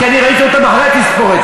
כי ראיתי אותם אחרי התספורת.